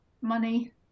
money